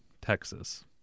Texas